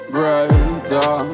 Brighter